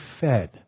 fed